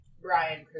Brian